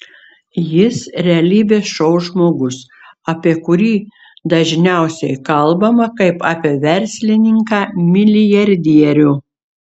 jis realybės šou žmogus apie kurį dažniausiai kalbama kaip apie verslininką milijardierių